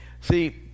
see